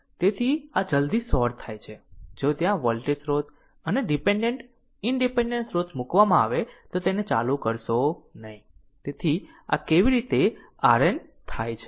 તેથી આ જલ્દી શોર્ટ થાય છે જો ત્યાં વોલ્ટેજ સ્રોત અને ડીપેન્ડેન્ટ ઇનડીપેન્ડેન્ટ સ્રોત મૂકવામાં આવે તો તેને ચાલુ કરશો નહીં તેથી આ કેવી રીતે RN થાય છે